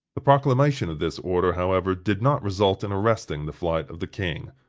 the proclamation of this order, however, did not result in arresting the flight of the king.